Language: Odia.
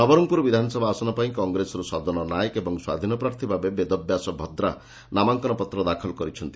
ନବରଙ୍ଗପୁର ବିଧାନସଭା ଆସନପାଇଁ କଂଗ୍ରେସରୁ ସଦନ ନାଏକ ଏବଂ ସ୍ୱାଧୀନ ପ୍ରାର୍ଥୀଭାବେ ବେଦବ୍ୟାସ ଭଦ୍ରା ନାମାଙ୍କନ ପତ୍ର ଦାଖଲ କରିଛନ୍ତି